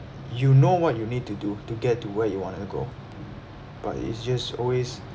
you know what you need to do to get to where you wanna go but it's just always